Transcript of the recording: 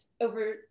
over